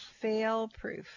Fail-proof